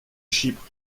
chypre